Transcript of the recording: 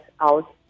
out